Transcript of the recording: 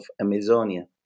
Amazonia